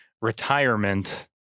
retirement